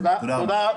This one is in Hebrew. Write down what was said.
תודה רבה.